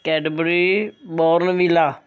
Cadbury Bournville